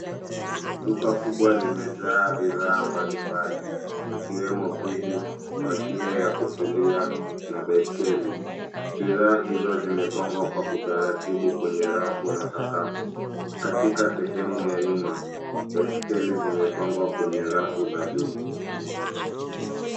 Duka kubwa limejaa bidhaa mbalimbali, zikiwemo friji, mashine ya kufulia na baiskeli. Bidhaa hizo zimepangwa kwa utaratibu kwenye rafu na sakafu. Katika sehemu ya nyuma, baskeli zimepangwa kwenye rafu za juu.